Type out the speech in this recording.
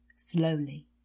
slowly